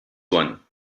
one